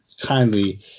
kindly